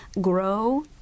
grow